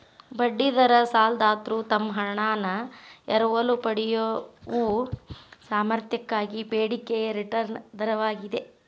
ಬಡ್ಡಿ ದರ ಸಾಲದಾತ್ರು ತಮ್ಮ ಹಣಾನ ಎರವಲು ಪಡೆಯಯೊ ಸಾಮರ್ಥ್ಯಕ್ಕಾಗಿ ಬೇಡಿಕೆಯ ರಿಟರ್ನ್ ದರವಾಗಿದೆ